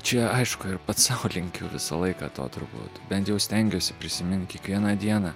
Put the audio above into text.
čia aišku ir pats sau linkiu visą laiką to turbūt bent jau stengiuosi prisiminti kiekvieną dieną